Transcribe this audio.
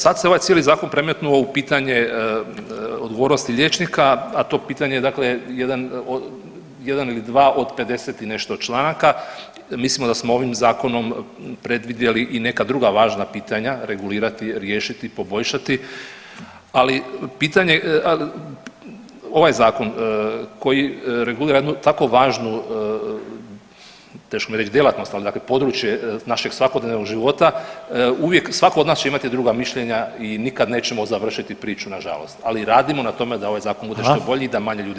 Sad se ovaj cijeli zakon premetnuo u pitanje odgovornosti liječnika, a to pitanje jedan ili dva od 50 i nešto članaka mislim da smo ovim zakonom predvidjeli i neka druga važna pitanja, regulirati, riješiti, poboljšati, ali pitanje ovaj zakon koji regulira jednu tako važnu teško mi je reći djelatnost, ali područje našeg svakodnevnog života uvijek svako od nas će imati druga mišljenja i nikad nećemo završiti priču nažalost, ali radimo na tome da ovaj zakon bude [[Upadica Reiner: Hvala.]] što bolji i da manje ljudi strada.